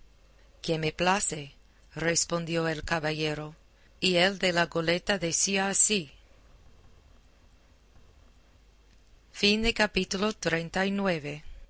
que me place respondió el caballero y el de la goleta decía así